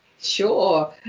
sure